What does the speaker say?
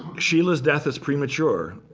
schiele's death is premature.